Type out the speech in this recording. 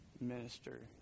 minister